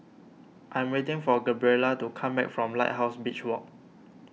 I am waiting for Gabriela to come back from Lighthouse Beach Walk